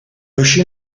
uscì